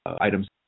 items